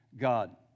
God